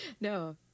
no